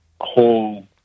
whole